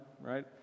right